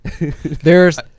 There's-